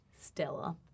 Stella